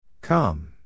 come